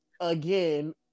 again